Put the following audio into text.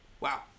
Wow